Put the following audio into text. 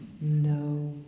no